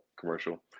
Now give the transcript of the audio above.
commercial